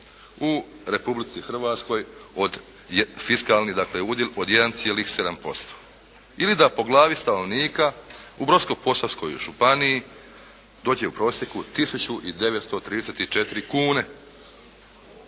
u Republici Hrvatskoj od, fiskalni dakle udjel od 1,7% ili da po glavi stanovnika u Brodsko-posavskoj županiji dođe u prosjeku tisuću